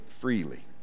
freely